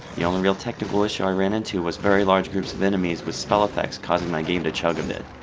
the only real technical issue i ran into was very large groups of enemies with spell effects causing my game to chug a bit.